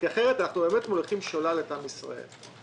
אחרת אנחנו באמת מוליכים שולל את עם ישראל.